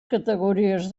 categories